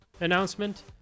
announcement